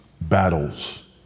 battles